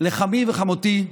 לחמי ולחמותי,